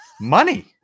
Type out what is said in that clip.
money